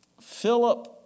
Philip